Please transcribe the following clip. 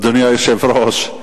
אדוני היושב-ראש,